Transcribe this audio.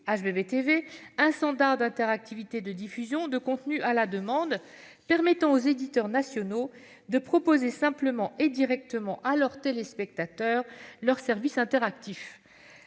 Hbb TV, un standard d'interactivité et de diffusion de contenu à la demande, grâce auquel les éditeurs nationaux pourront proposer simplement et directement à leurs téléspectateurs leurs services interactifs.